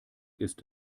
ist